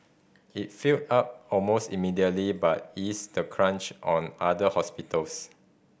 it filled up almost immediately but eased the crunch on other hospitals